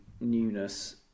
newness